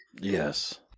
Yes